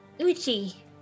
Uchi